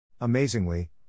Amazingly